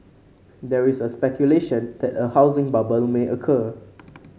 there is a speculation that a housing bubble may occur